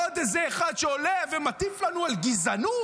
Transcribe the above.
עוד איזה אחד שעולה ומטיף לנו על גזענות.